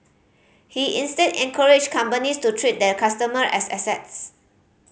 he instead encouraged companies to treat their customer as assets